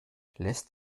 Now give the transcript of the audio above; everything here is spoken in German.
lässt